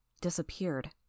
Disappeared